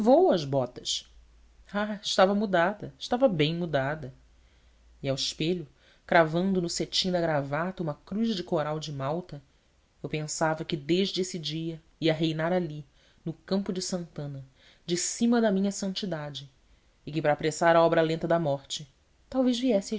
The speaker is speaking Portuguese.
as botas ah estava mudada estava bem mudada e ao espelho cravando no cetim da gravata uma cruz de coral de malta eu pensava que desde esse dia ia reinar ali no campo de santana de cima da minha santidade e que para apressar a obra lenta da morte talvez viesse